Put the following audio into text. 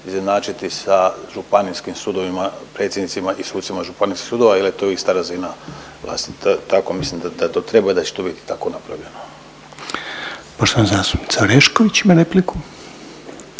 izjednačiti sa županijskim sudovima, predsjednicima i sucima županijskih sudova jer je to ista razina vlasti. Tako mislim da to treba i da će to biti tako napravljeno. **Reiner, Željko